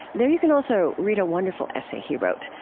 there you can also read a wonderful essay he wrote,